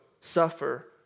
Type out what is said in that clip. suffer